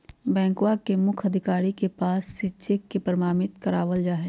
बैंकवा के मुख्य अधिकारी के पास से चेक के प्रमाणित करवावल जाहई